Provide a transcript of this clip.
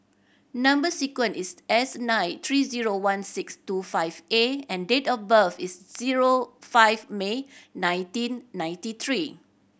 number sequence is S nine three zero one six two five A and date of birth is zero five May nineteen ninety three